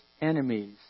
enemies